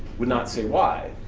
would not say why.